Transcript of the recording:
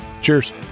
cheers